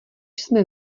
jsme